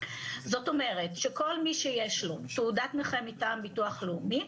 זאת אומרת שכל מי שיש לו תעודת נכה מטעם ביטוח לאומי